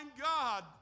God